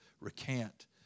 recant